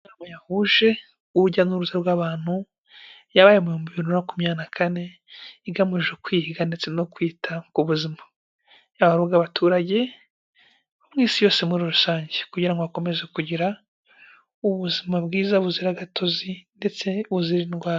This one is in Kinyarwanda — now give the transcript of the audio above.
Inama yahuje ubujya n'uruza rw'abantu yababaye mu bihumbi bibiri na makumyabiri na kane, igamije kwigahiga ndetse no kwita ku buzima bwaba ari ubwaturage bo mu isi yose muri rusange kugira ngo bakomeze kugira ubuzima bwiza buzira agatozi ndetse buzira indwara.